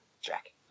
Jack